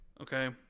okay